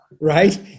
Right